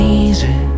easy